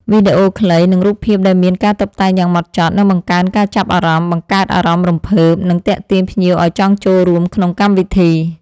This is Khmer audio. វីដេអូខ្លី និងរូបភាពដែលមានការតុបតែងយ៉ាងម៉ត់ចត់ នឹងបង្កើនការចាប់អារម្មណ៍ បង្កើតអារម្មណ៍រំភើប និងទាក់ទាញភ្ញៀវឲ្យចង់ចូលរួមក្នុងកម្មវិធី។